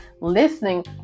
listening